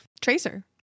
Tracer